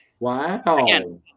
Wow